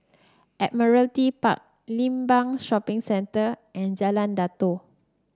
Admiralty Park Limbang Shopping Centre and Jalan Datoh